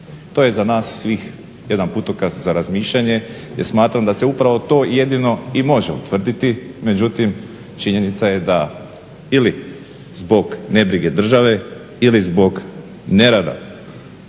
To je za nas svih jedan putokaz za razmišljanje jer smatram da se upravo to jedino i može utvrditi, međutim činjenica je da ili zbog nebrige države ili zbog nerada